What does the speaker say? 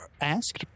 asked